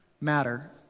matter